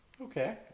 Okay